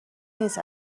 نیست